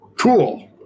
cool